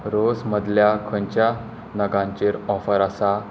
रोस मदल्या खंयच्या नगांचेर ऑफर आसा